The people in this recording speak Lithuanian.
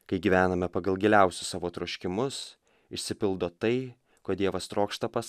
kai gyvename pagal giliausius savo troškimus išsipildo tai ko dievas trokšta pas